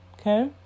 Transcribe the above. okay